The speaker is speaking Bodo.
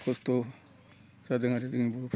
खस्थ' जादों आरो जोंनि बर'फ्रा